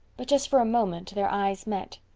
but just for a moment their eyes met,